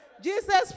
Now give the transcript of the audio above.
Jesus